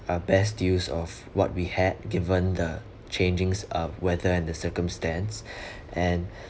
our best use of what we had given the changing um weather and the circumstance and